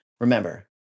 Remember